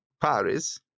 Paris